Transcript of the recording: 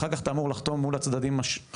אחר כך אתה אומר לחתום מול הצדדים השלישיים.